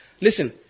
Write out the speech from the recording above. Listen